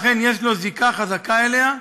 אכן יש לו זיקה חזקה אליה,